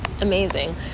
amazing